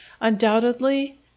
Undoubtedly